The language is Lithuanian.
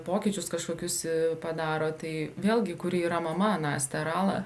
pokyčius kažkokius padaro tai vėlgi kuri yra mama nastia ar ala